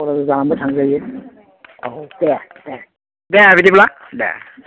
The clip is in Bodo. क'क्राझार जानानैबो थांजायो औ दे दे दे बिदिब्ला दे